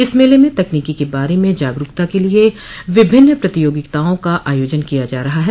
इस मेले में तकनीकी के बारे में जागरूकता के लिये विभिन्न प्रतियोगिताओं का आयोजन किया जा रहा है